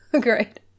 great